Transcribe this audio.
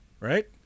Right